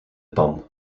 pan